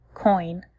coin